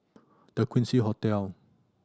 The Quincy Hotel